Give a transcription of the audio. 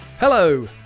Hello